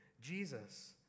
Jesus